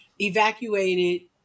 evacuated